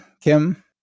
kim